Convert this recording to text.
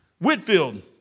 Whitfield